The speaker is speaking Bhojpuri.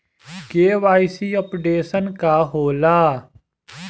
के.वाइ.सी अपडेशन का होला?